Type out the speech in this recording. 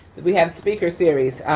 we have speaker series.